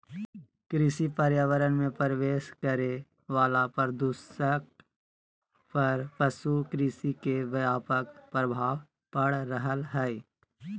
कृषि पर्यावरण मे प्रवेश करे वला प्रदूषक पर पशु कृषि के व्यापक प्रभाव पड़ रहल हई